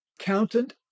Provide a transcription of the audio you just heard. accountant